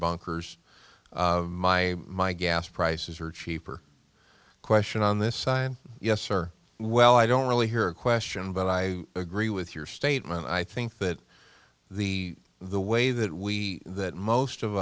bunkers my my gas prices are cheaper question on this sign yes or well i don't really hear a question but i agree with your statement i think that the the way that we that most of